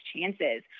chances